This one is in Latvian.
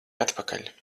atpakaļ